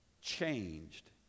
changed